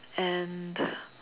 and